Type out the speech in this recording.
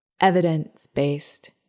evidence-based